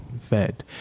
fed